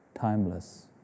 timeless